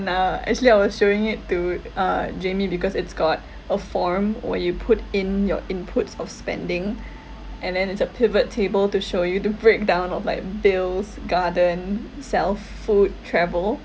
uh actually I was showing it to uh jamie because it's got a form where you put in your inputs of spending and then it's a pivot table to show you the breakdown of like bills garden self food travel